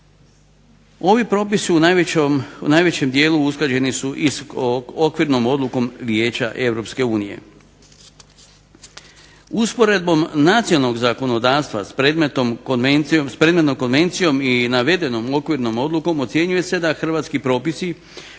Ovi propisi u najvećim dijelu usklađeni su i sa okvirnom odlukom Vijeća EU. Usporedbom nacionalnog zakonodavstva s predmetnom konvencijom i navedenom okvirnom odlukom ocjenjuje se da hrvatski propisi